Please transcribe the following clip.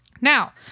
Now